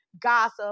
gossip